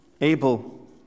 Abel